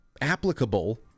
applicable